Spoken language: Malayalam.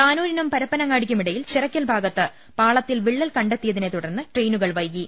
താനൂരിനും പരപ്പനങ്ങാടിക്കും ഇട്യിൽ ചിറക്കൽ ഭാഗത്ത് പാളത്തിൽ വിള്ളൽ കണ്ടെത്തിയതിനെ തുടർന്ന് ട്രെയിനുകൾ വൈകി